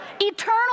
eternal